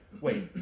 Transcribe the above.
wait